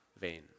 vain